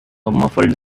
muffled